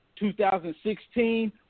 2016